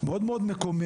דבריהם מאוד-מאוד מקוממים.